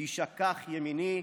תשכח ימיני".